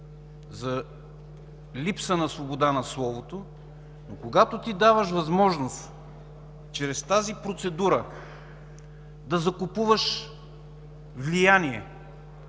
за липса на свобода на словото, но когато даваш възможност чрез тази процедура да закупуваш влияние,